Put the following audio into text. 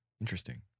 interesting